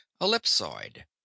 ellipsoid